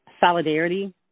solidarity